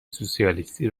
سوسیالیستی